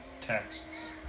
texts